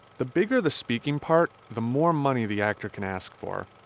the bigger the speaking part, the more money the actor can ask for.